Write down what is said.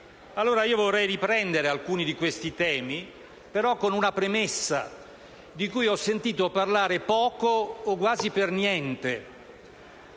allora, riprendere alcuni di questi temi, ma con una premessa, di cui ho sentito parlare poco o quasi per niente.